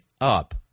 up